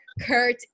Kurt